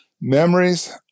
memories